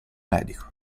medico